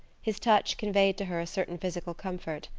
his touch conveyed to her a certain physical comfort.